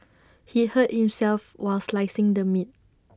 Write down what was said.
he hurt himself while slicing the meat